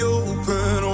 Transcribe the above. open